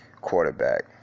quarterback